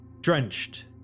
drenched